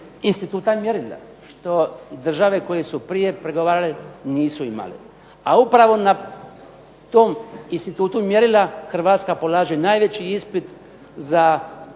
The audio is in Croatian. instituta mjerila što države koje su prije pregovarale nisu imale. A upravo na tom institutu mjerila Hrvatska polaže najveći ispit za